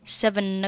seven